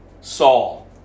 Saul